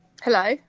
Hello